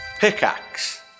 pickaxe